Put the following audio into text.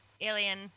alien